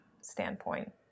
standpoint